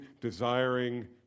desiring